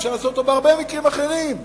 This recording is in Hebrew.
אפשר לעשות אותו בהרבה מקרים אחרים.